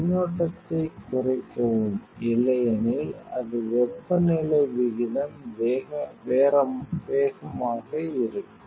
மின்னோட்டத்தை குறைக்கவும் இல்லையெனில் அது வெப்பநிலை விகிதம் வேகமாக இருக்கும்